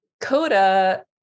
Coda